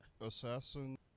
assassin